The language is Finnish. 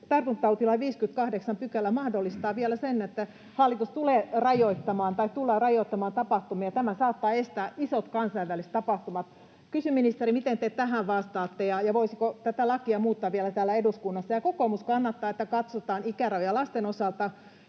tartuntatautilain 58 § mahdollistaa vielä sen, että tullaan rajoittamaan tapahtumia. Tämä saattaa estää isot kansainväliset tapahtumat. Kysyn, ministeri: miten te tähän vastaatte, ja voisiko tätä lakia muuttaa vielä täällä eduskunnassa? Kokoomus kannattaa, että katsotaan ikärajoja lasten osalta.